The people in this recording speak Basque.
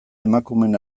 emakumeen